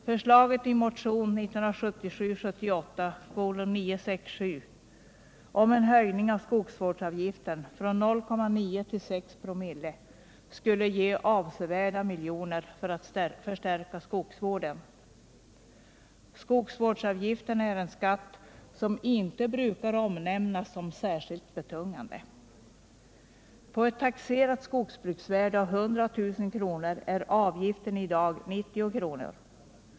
Förslaget i motionen 1977 oo skulle ge avsevärda miljoner för att förstärka skogsvården. Skogsvårdsavgiften är en skatt som inte brukar omnämnas som särskilt betungande. På ett taxerat skogsbruksvärde å 100 000 kr. är avgiften i dag 90 kr.